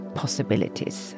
possibilities